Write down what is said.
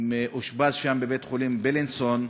הוא מאושפז שם, בבית-החולים בילינסון,